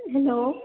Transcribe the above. hello